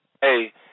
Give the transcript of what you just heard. Hey